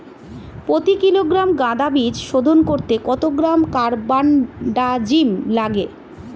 প্রতি কিলোগ্রাম গাঁদা বীজ শোধন করতে কত গ্রাম কারবানডাজিম লাগে?